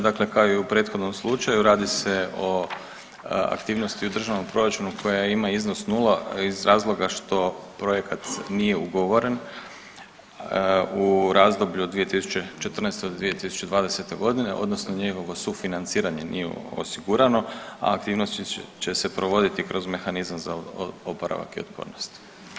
Dakle kao i u prethodnom slučaju, radi se o aktivnosti u državnom proračunu koja ima iznos 0 iz razloga što projekat nije ugovoren u razdoblju od 2014. do 2020. g. odnosno njegovo sufinanciranje nije osigurano, a aktivnosti će se provoditi kroz Mehanizam za oporavak i otpornost.